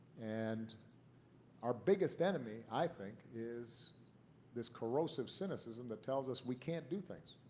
and our biggest enemy i think is this corrosive cynicism that tells us we can't do things.